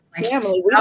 family